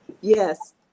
Yes